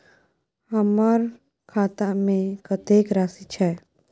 हमर खाता में कतेक राशि छै?